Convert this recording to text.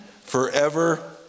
forever